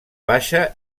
baixa